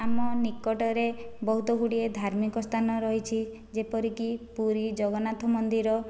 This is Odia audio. ଆମ ନିକଟରେ ବହୁତ ଗୁଡ଼ିଏ ଧାର୍ମିକ ସ୍ଥାନ ରହିଛି ଯେପରିକି ପୁରୀ ଜଗନ୍ନାଥ ମନ୍ଦିର